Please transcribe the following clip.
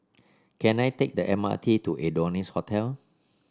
can I take the M R T to Adonis Hotel